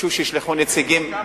ותבקשו שישלחו נציגים, כמה?